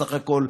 בסך הכול.